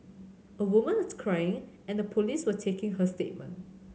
a woman was crying and the police were taking her statement